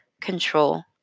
control